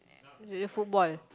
uh the football